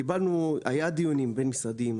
היו דיונים בין המשרדים.